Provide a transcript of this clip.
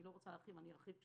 אני ארחיב בה